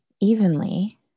evenly